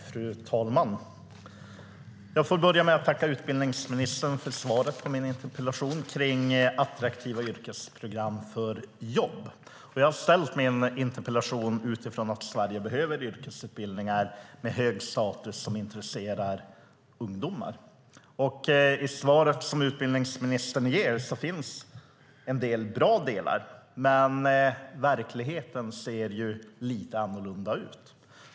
Fru talman! Jag får börja med att tacka utbildningsministern för svaret på min interpellation om attraktiva yrkesprogram för jobb. Jag har ställt interpellationen utifrån att Sverige behöver yrkesutbildningar som har hög status och intresserar ungdomar. I svaret som utbildningsministern ger finns en del bra delar, men verkligheten ser ju lite annorlunda ut.